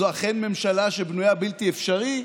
זו אכן ממשלה שבנויה בלתי אפשרי,